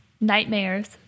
nightmares